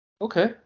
Okay